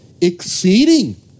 exceeding